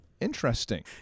Interesting